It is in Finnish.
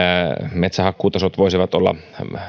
metsähakkuutasot voisivat olla